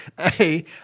Hey